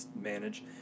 manage